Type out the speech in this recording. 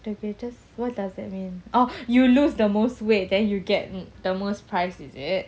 the greatest what does that mean orh you lose the most weight then you get the most price is it